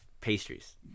pastries